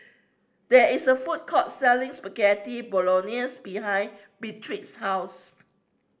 there is a food court selling Spaghetti Bolognese behind Beatrice's house